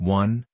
one